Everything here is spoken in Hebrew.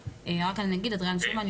קריטיות: אחד,